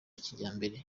kijyambere